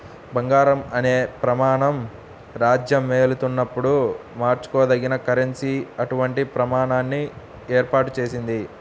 బంగారం అనే ప్రమాణం రాజ్యమేలుతున్నప్పుడు మార్చుకోదగిన కరెన్సీ అటువంటి ప్రమాణాన్ని ఏర్పాటు చేసింది